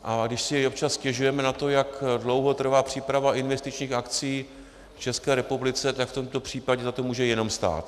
A když si občas stěžujeme na to, jak dlouho trvá příprava investičních akcí v České republice, tak v tomto případě za to může jenom stát.